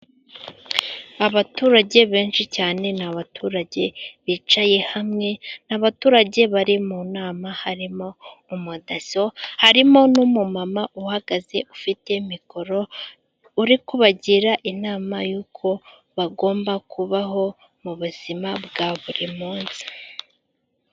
Abaturage benshi cyane ni abaturage bicaye hamwe, ni abaturage bari mu nama harimo umu daso, harimo n'umumama uhagaze ufite mikoro uri kubagira inama y'uko bagomba kubaho mu buzima bwa buri munsi.